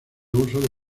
uso